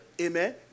Amen